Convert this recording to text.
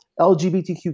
LGBTQ